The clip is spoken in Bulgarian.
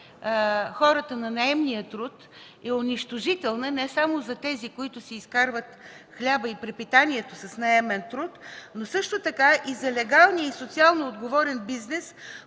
хората на наемния труд, е унищожителна не само за тези, които си изкарват хляба и препитанието с наемен труд, но също така и за легалния и за социално отговорен бизнес,